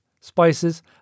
spices